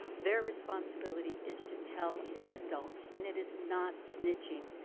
they're responsibility is to tell an adult and it is not snitching.